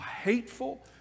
hateful